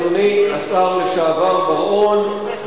אדוני השר לשעבר בר-און,